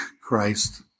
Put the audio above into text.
Christ